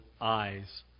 eyes